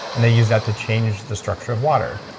and they use that to change the structure of water.